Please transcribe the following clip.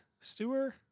Stewart